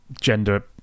gender